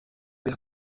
père